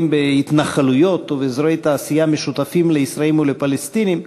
בהתנחלויות ובאזורי תעשייה משותפים לישראלים ולפלסטינים,